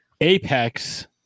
Apex